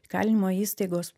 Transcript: įkalinimo įstaigos